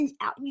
out